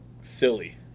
silly